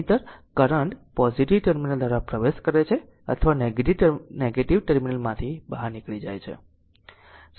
નહિંતર current positive terminal દ્વારા પ્રવેશ કરે છે અથવા નેગેટીવ ટર્મિનલમાંથી નીકળી જાય છે